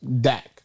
Dak